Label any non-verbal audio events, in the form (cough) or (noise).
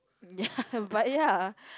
ya (laughs) but ya